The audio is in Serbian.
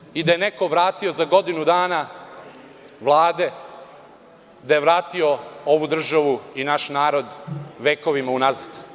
Rečeno je i da je neko vratio za godinu dana Vlade vratio ovu državu i naš narod vekovima unazad.